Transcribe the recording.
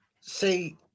See